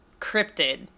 cryptid